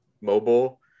mobile